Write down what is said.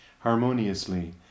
harmoniously